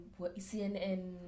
CNN